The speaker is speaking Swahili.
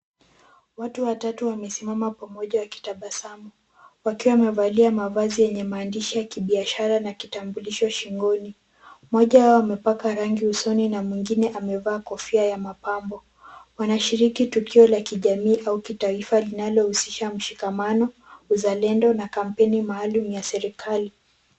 Watu watatu wamesimama pamoja wakitabasamu, wakiwa wamevalia mavazi yenye maandishi ya kibiashara na kitambulisho shingoni. Mmoja wao amepaka rangi usoni na mwingine amevaa kofia ya mapambo. Wanashiriki tukio la kijamii au kitaifa, linalohusisha mshikamano, uzalendo na kampeni maalum ya serikali.